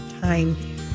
time